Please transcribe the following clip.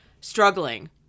struggling